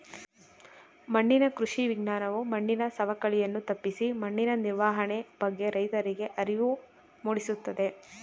ಮಣ್ಣಿನ ಕೃಷಿ ವಿಜ್ಞಾನವು ಮಣ್ಣಿನ ಸವಕಳಿಯನ್ನು ತಪ್ಪಿಸಿ ಮಣ್ಣಿನ ನಿರ್ವಹಣೆ ಬಗ್ಗೆ ರೈತರಿಗೆ ಅರಿವು ಮೂಡಿಸುತ್ತದೆ